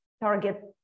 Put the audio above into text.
target